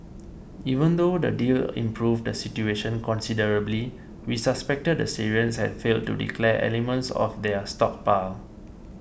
even though the deal improved the situation considerably we suspected the Syrians had failed to declare elements of their stockpile